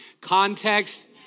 Context